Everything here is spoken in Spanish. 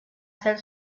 ser